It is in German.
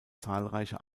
zahlreiche